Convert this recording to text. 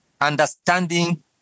understanding